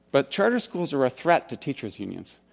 but charter schools are a threat to teachers' unions.